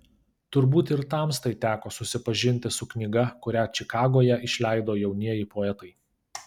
turbūt ir tamstai teko susipažinti su knyga kurią čikagoje išleido jaunieji poetai